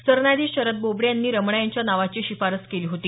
सरन्यायाधीश शरद बोबडे यांनी रमणा यांच्या नावाची शिफारस केली होती